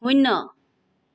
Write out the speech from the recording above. শূন্য